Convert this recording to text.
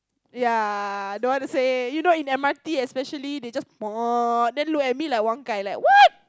ya don't want say you know in M_R_T especially they just then look at me like like what